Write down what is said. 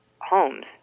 homes